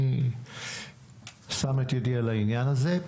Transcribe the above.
אני שם את ידי על העניין הזה.